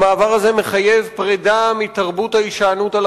המעבר הזה מחייב פרידה מתרבות ההישענות על